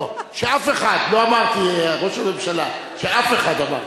לא, לא, שאף אחד, לא אמרתי, שאף אחד אמרתי.